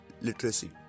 Literacy